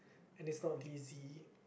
and he's not lazy